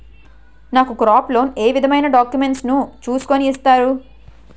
నాకు crop loan ఏ విధమైన డాక్యుమెంట్స్ ను చూస్కుని ఇస్తారు?